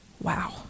Wow